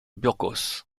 burgos